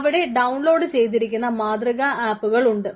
അവിടെ ഡൌൺലോഡ് ചെയ്തിരിക്കുന്ന മാതൃക ആപ്പുകൾ ഉണ്ട്